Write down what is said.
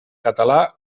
català